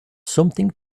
something